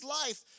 life